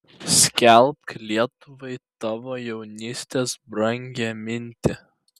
skelbk lietuvai tavo jaunystės brangią mintį